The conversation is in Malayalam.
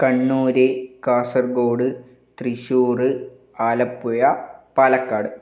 കണ്ണൂർ കാസർഗോഡ് തൃശ്ശൂർ ആലപ്പുഴ പാലക്കാട്